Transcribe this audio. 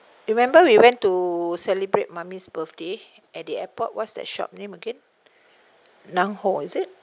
remember we went to celebrate mummy's birthday at the airport what's that shop name again nangho is it